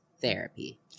therapy